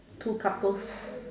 two couples